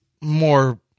more